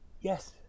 Yes